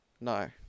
No